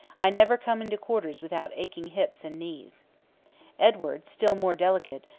i never come into quarters without aching hips and knees edward, still more delicate,